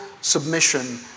submission